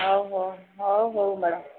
ହଉ ହଉ ହଉ ହଉ ମ୍ୟାଡ଼ମ୍